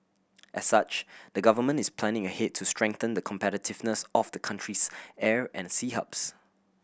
as such the Government is planning ahead to strengthen the competitiveness of the country's air and sea hubs